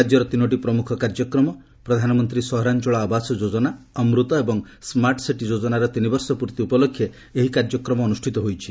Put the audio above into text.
ରାଜ୍ୟର ତିନୋଟି ପ୍ରମୁଖ କାର୍ଯ୍ୟକ୍ରମ ପ୍ରଧାନମନ୍ତ୍ରୀ ସହରାଞ୍ଚଳ ଆବାସ ଯୋଜନା ଅମୃତ ଏବଂ ସ୍କାର୍ଟସିଟି ଯୋଜନାର ତିନିବର୍ଷ ପୂର୍ତ୍ତି ଉପଲକ୍ଷେ ଏହି କାର୍ଯ୍ୟକ୍ରମ ଅନୁଷ୍ଠିତ ହୋଇଛି